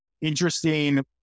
Interesting